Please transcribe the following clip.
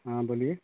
हाँ बोलिए